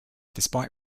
despite